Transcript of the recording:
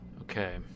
okay